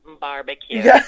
barbecue